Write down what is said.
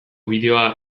bideoa